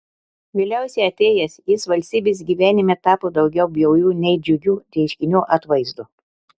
vėliausiai atėjęs jis valstybės gyvenime tapo daugiau bjaurių nei džiugių reiškinių atvaizdu